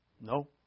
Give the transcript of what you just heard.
no